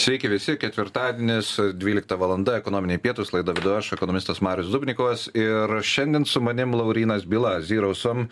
sveiki visi ketvirtadienis dvylikta valanda ekonominiai pietūs laidą vedu aš ekonomistas marius dubnikovas ir šiandien su manim laurynas byla zerosum